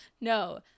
No